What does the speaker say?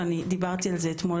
ואני דיברתי על זה אתמול,